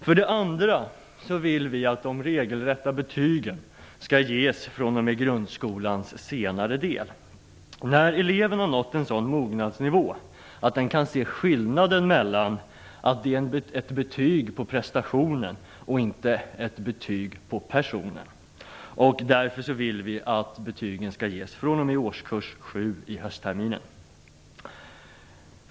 För det andra vill vi att de regelrätta betygen skall ges fr.o.m. grundskolans senare del när eleven har nått en sådan mognadsnivå att den kan ske skillnaden mellan att det är ett betyg på prestationen och inte ett betyg på personen. Därför vill vi att betygen skall ges fr.o.m. höstterminen i årskurs 7.